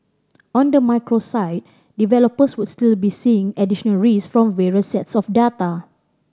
on the macro side developers would still be seeing additional risk from various sets of data